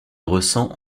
ressent